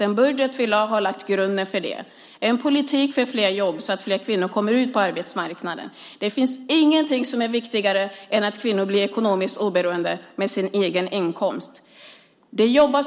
Den budget vi lade fram har lagt grunden för det - en politik för fler jobb så att fler kvinnor kommer ut på arbetsmarknaden. Det finns ingenting som är viktigare än att kvinnor blir ekonomiskt oberoende genom en egen inkomst.